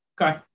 Okay